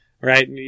Right